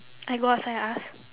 I go outside and ask